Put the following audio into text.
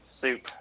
soup